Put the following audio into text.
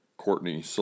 Courtney